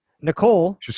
Nicole